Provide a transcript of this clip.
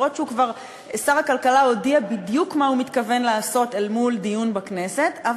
אפילו ששר הכלכלה כבר הודיע בדיוק מה הוא מתכוון לעשות נוכח דיון בכנסת.